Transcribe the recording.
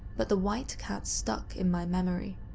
but the white cat stuck in my memory.